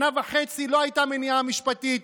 שנה וחצי לא הייתה מניעה משפטית,